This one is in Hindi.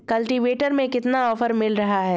कल्टीवेटर में कितना ऑफर मिल रहा है?